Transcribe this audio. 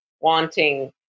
wanting